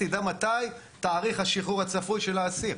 תדע מתי תאריך השחרור הצפוי של האסיר.